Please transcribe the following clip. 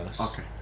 okay